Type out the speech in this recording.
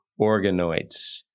organoids